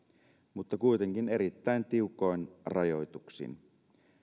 mutta kuitenkin erittäin tiukoin rajoituksin